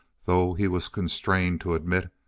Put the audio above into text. though he was constrained to admit,